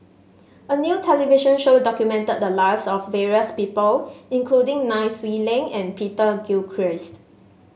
a new television show documented the lives of various people including Nai Swee Leng and Peter Gilchrist